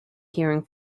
hearing